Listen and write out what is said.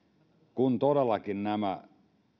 kun todellakin nämä